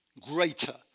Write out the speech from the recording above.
greater